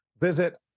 visit